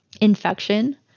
infection